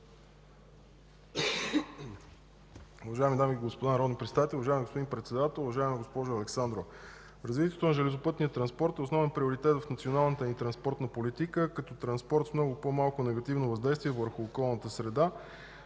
Уважаеми дами и господа народни представители, уважаеми господин Председател! Уважаема госпожо Александрова, развитието на железопътния транспорт е основен приоритет в националната ни транспортна политика като транспорт с много по-малко негативно въздействие върху околната среда.